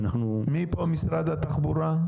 מי פה ממשרד התחבורה?